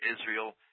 Israel